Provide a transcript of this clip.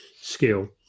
skill